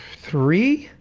three,